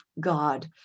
God